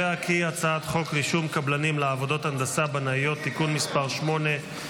הצעת חוק רישום קבלנים לעבודות הנדסה בנאיות (תיקון מס' 8),